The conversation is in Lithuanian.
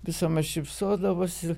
visuomet šypsodavosi